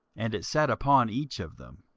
and it sat upon each of them.